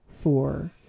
four